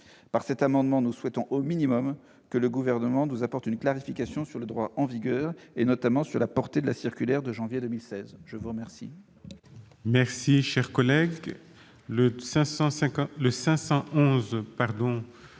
Par cet amendement, nous souhaitons au minimum que le Gouvernement nous apporte une clarification sur le droit en vigueur, notamment sur la portée de la circulaire de janvier 2016. La parole